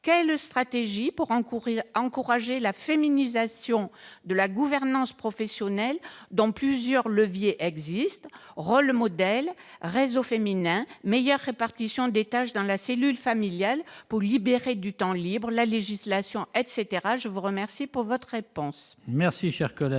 mettre en oeuvre pour encourager la féminisation de la gouvernance professionnelle ? Plusieurs leviers existent : rôles modèles, réseaux féminins, meilleure répartition des tâches dans la cellule familiale pour libérer du temps libre, législation, etc. La parole est à Mme la secrétaire